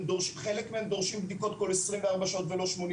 חלק מהם דורשים בדיקות כל 24 שעות ולא 84,